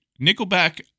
Nickelback